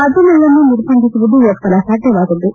ಮಾಧ್ಯಮಗಳನ್ನು ನಿರ್ಬಂಧಿಸುವುದು ಒಪ್ಪಲಾಸಾಧ್ಯವಾದುದ್ದು